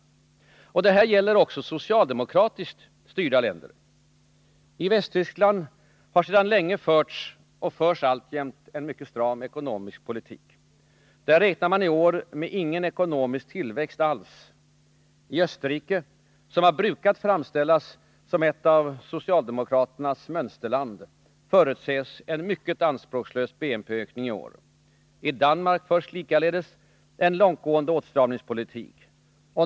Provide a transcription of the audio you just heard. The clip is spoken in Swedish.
Detta gäller också socialdemokratiskt styrda länder. I Västtyskland har länge förts och förs alltjämt en stram ekonomisk politik. Där räknar man i år med ingen ekonomisk tillväxt alls. I Österrike — som har brukat framställas som ett socialdemokratins mönsterland — förutses en mycket anspråkslös BNP-ökning i år. I Danmark förs likaledes en långtgående åtstramningspolitik.